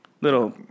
little